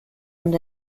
und